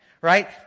right